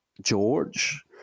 George